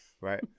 Right